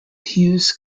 hughes